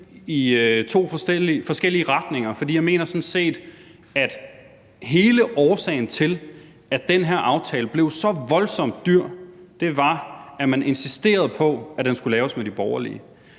i to forskellige retninger. For jeg mener sådan set, at hele årsagen til, at den her aftale blev så voldsomt dyr, var, at man insisterede på, at den skulle laves med de borgerlige.